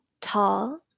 tall